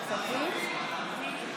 הוועדה לעובדים זרים.